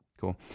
Cool